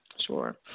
sure